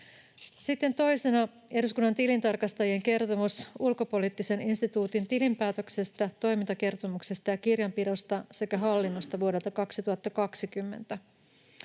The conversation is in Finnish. Sitten toisena eduskunnan tilintarkastajien kertomus Ulkopoliittisen instituutin tilinpäätöksestä, toimintakertomuksesta ja kirjanpidosta sekä hallinnosta vuodelta 2020: